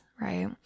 right